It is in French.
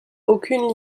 aucune